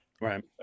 Right